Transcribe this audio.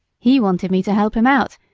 he wanted me to help him out,